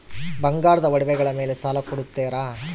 ಬಂಗಾರದ ಒಡವೆಗಳ ಮೇಲೆ ಸಾಲ ಕೊಡುತ್ತೇರಾ?